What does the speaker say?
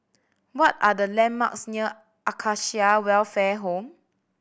what are the landmarks near Acacia Welfare Home